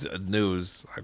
news